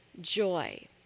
joy